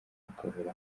bakabura